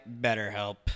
BetterHelp